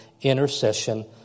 intercession